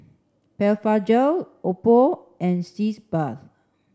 Blephagel Oppo and Sitz bath